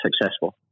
successful